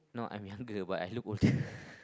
no I'm younger but I look older